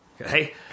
Okay